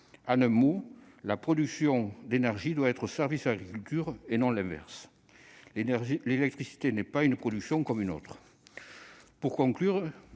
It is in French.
En un mot, la production d'énergie doit être au service de l'agriculture et non l'inverse. L'électricité n'est pas une production agricole comme une autre. Pour conclure,